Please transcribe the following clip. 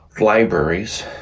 libraries